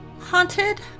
haunted